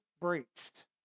breached